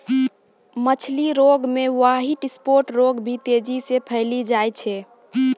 मछली रोग मे ह्वाइट स्फोट रोग भी तेजी से फैली जाय छै